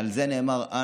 אדוני היושב-ראש,